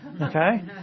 Okay